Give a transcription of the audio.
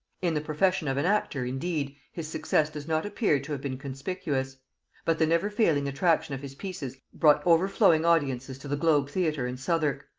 in the profession of an actor, indeed, his success does not appear to have been conspicuous but the never-failing attraction of his pieces brought overflowing audiences to the globe theatre in southwark,